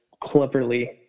cleverly